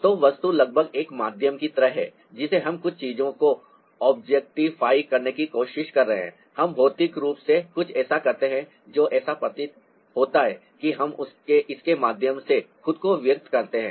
तो वस्तु लगभग एक माध्यम की तरह है जिसे हम कुछ चीजों को ऑब्जेक्टिफाई करने की कोशिश कर रहे हैं हम भौतिक रूप से कुछ ऐसा करते हैं जो ऐसा प्रतीत होता है और हम इसके माध्यम से खुद को व्यक्त करते हैं